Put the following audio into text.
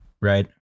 right